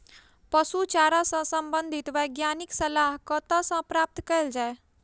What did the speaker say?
पशु चारा सऽ संबंधित वैज्ञानिक सलाह कतह सऽ प्राप्त कैल जाय?